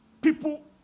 People